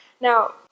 Now